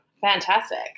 Fantastic